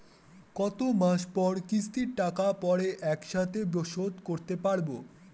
কত মাস পর কিস্তির টাকা পড়ে একসাথে শোধ করতে পারবো?